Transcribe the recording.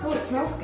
it smells good.